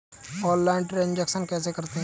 Online transaction कैसे करते हैं?